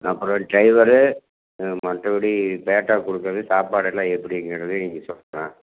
அப்புறம் டிரைவர் ம் மற்றபடி பேட்டா கொடுக்குறது சாப்பாடெல்லாம் எப்படிங்கிறது நீங்கள் சொல்லுங்க